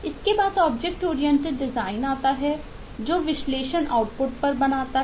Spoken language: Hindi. इसके बाद ऑब्जेक्ट ओरिएंटेड डिज़ाइन की बात करता है